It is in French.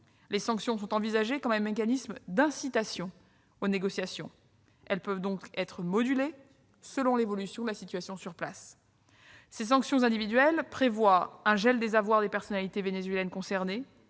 Les sanctions sont envisagées comme un mécanisme d'incitation aux négociations, elles peuvent donc être modulées selon l'évolution de la situation sur place. Ces sanctions individuelles prévoient un gel des avoirs des personnalités vénézuéliennes concernées,